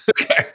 Okay